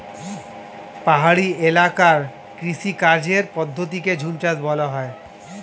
পাহাড়ি এলাকার কৃষিকাজের পদ্ধতিকে ঝুমচাষ বলা হয়